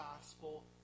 gospel